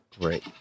Great